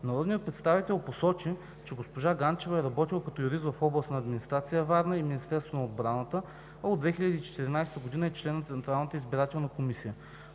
Народният представител посочи, че госпожа Ганчева е работила като юрист в Областна администрация – Варна, и Министерството на отбраната, а от 2014 г. е член на Централната избирателна комисия.